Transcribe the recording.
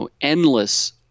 endless